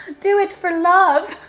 do it for love.